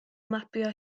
mapio